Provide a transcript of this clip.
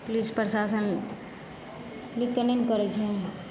police प्रशासन नीक तऽ नहि ने करै छनि